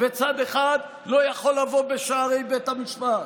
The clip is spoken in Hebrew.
וצד אחד לא יכול לבוא בשערי בית המשפט.